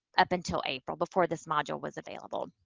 up until april, before this module was available.